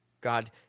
God